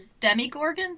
demigorgon